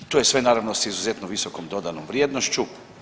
To je sve naravno sa izuzetno visokom dodanom vrijednošću.